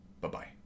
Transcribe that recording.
Bye-bye